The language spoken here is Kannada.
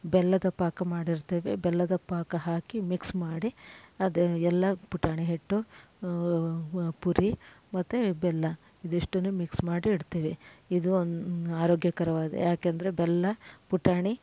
ಬೆಲ್ಲದ ಪಾಕ ಮಾಡಿರ್ತೇವೆ ಬೆಲ್ಲದ ಪಾಕ ಹಾಕಿ ಮಿಕ್ಸ್ ಮಾಡಿ ಅದು ಎಲ್ಲ ಪುಟಾಣಿ ಹಿಟ್ಟು ಪುರಿ ಮತ್ತು ಬೆಲ್ಲ ಇದಿಷ್ಟನ್ನು ಮಿಕ್ಸ್ ಮಾಡಿ ಇಡ್ತೀವಿ ಇದು ಆರೋಗ್ಯಕರವಾದ ಯಾಕಂದ್ರೆ ಬೆಲ್ಲ ಪುಟಾಣಿ